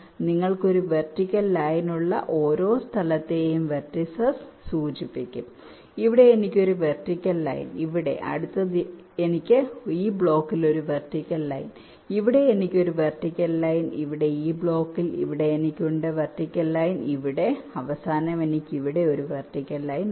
നിങ്ങൾക്ക് ഒരു vertical line ഉള്ള ഓരോ സ്ഥലത്തെയും വെർട്ടിസ്സ് സൂചിപ്പിക്കും ഇവിടെ എനിക്ക് ഒരു വെർട്ടിക്കൽ ലൈൻ ഇവിടെ അടുത്തത് എനിക്ക് ഈ ബ്ലോക്കിൽ ഒരു വെർട്ടിക്കൽ ലൈൻ ഇവിടെ എനിക്ക് ഒരു വെർട്ടിക്കൽ ലൈൻ ഇവിടെ ഈ ബ്ലോക്കിൽ ഇവിടെ എനിക്ക് ഉണ്ട് വെർട്ടിക്കൽ ലൈൻ ഇവിടെ അവസാനം എനിക്ക് ഇവിടെ ഒരു വെർട്ടിക്കൽ ലൈൻ ഉണ്ട്